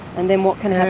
and then what can